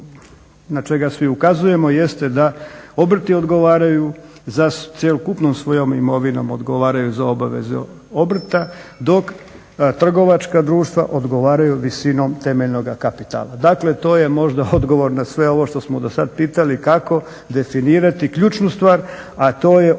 na čega svi ukazujemo jeste da obrti odgovaraju za cjelokupnom imovinom odgovaraju za obaveze obrta. Dok trgovačka društva odgovaraju visinom temeljnoga kapitala. Dakle, to je možda odgovor na sve ovo što smo do sada pitali kako definirati ključnu stvar a to je odgovornost